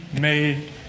made